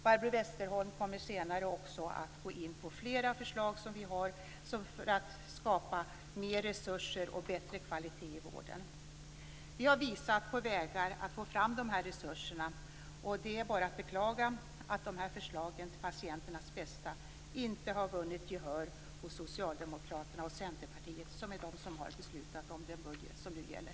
Barbro Westerholm kommer senare att gå in på flera förslag för att skapa mer resurser och bättre kvalitet i vården. Vi har visat på vägar att få fram dessa resurser. Det är bara att beklaga att dessa förslag till patienternas bästa inte har vunnit gehör hos Socialdemokraterna och Centerpartiet, som är de som har beslutat om den budget som nu gäller.